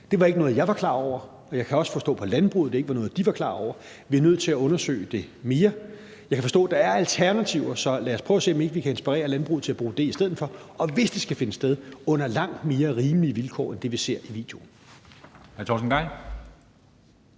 var ikke noget, jeg var klar over. Og jeg kan også forstå på landbruget, at det ikke var noget, de var klar over. Vi er nødt til at undersøge det nærmere. Jeg kan forstå, at der er alternativer, så lad os prøve at se, om ikke vi kan inspirere landbruget til at bruge dem i stedet for, og om det, hvis det skal finde sted, ikke kan ske under langt mere rimelige vilkår end det, vi ser i videoen.